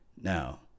Now